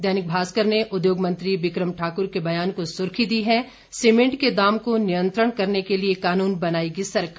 दैनिक भास्कर ने उद्योग मंत्री बिक्रम ठाक्र के बयान को सुर्खी दी है सीमेंट के दाम को नियंत्रण करने के लिये कानून बनाएगी सरकार